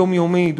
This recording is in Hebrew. היומיומית,